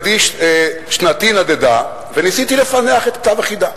ששנתי נדדה וניסיתי לפענח את כתב החידה.